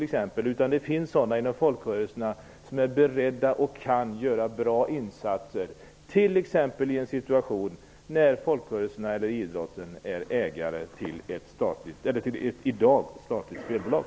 Det finns människor inom folkrörelserna som är beredda och som kan göra bra insatser, t.ex. i en situation där folkrörelserna eller idrotten är ägare till ett statligt spelbolag.